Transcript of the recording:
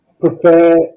prefer